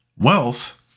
Wealth